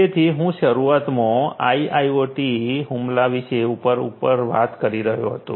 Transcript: તેથી હું શરૂઆતમાં આઈઆઈઓટી હુમલા વિશે ઉપર ઉપર વાત કરી રહ્યો હતો